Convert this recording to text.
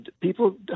people